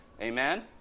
Amen